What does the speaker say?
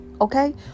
Okay